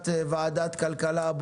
בוקר טוב, אני פותח את ישיבת ועדת הכלכלה.